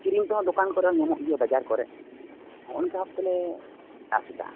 ᱠᱤᱨᱤᱧ ᱛᱮᱦᱚᱸ ᱫᱚᱠᱟᱱ ᱠᱚᱨᱮ ᱦᱚᱸ ᱧᱟᱢᱚᱜ ᱜᱮᱭᱟ ᱵᱟᱡᱟᱨ ᱠᱚᱨᱟ ᱚᱱᱠᱟ ᱵᱷᱟᱵ ᱛᱮᱞᱮ ᱪᱟᱥ ᱮᱫᱟ